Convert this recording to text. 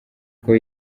uko